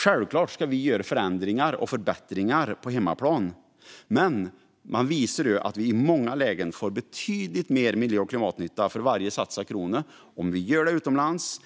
Självklart ska vi göra förändringar och förbättringar på hemmaplan, men man visar att vi i många lägen får betydligt mer miljö och klimatnytta för varje satsad krona om vi gör det utomlands